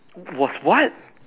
was what